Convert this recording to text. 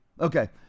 Okay